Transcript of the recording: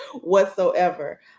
whatsoever